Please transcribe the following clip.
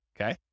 okay